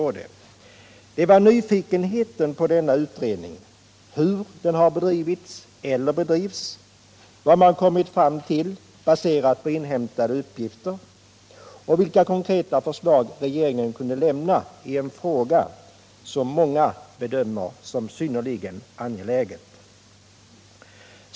Anledningen till att jag framställde min interpellation var nyfikenheten på denna utredning — hur den har bedrivits eller bedrivs, vad man kommit fram till, baserat på inhämtade uppgifter, och vilka konkreta förslag regeringen kunde lämna i en fråga som många bedömer som synnerligen angelägen.